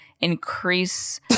increase